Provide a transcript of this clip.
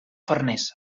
farners